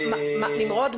נמרוד,